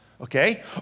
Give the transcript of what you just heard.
okay